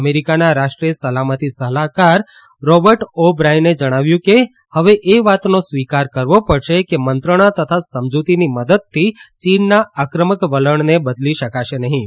અમેરીકાના રાષ્ટ્રીય સલામતીલ સલાહકાર રોબર્ટ ઓ બ્રાયને જણાવ્યું છે કે હવે એ વાતનો સ્વીકાર કરવો પડશે કે મંત્રણા તથા સમજતીની મદદથી ચીનના આક્રમક વલણને બદલી શકશે નહીં